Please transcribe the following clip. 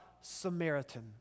Samaritan